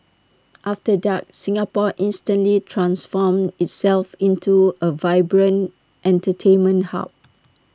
after dark Singapore instantly transforms itself into A vibrant entertainment hub